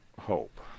hope